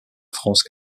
france